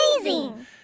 Amazing